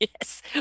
Yes